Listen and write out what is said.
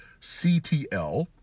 CTL